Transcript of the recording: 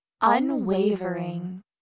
unwavering